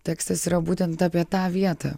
tekstas yra būtent apie tą vietą